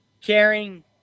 caring